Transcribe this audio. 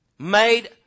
Made